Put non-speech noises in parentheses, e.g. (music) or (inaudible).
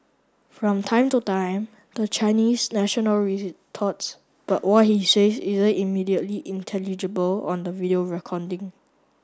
from time to time the Chinese national (unintelligible) but what he says isn't immediately intelligible on the video (unintelligible)